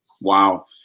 Wow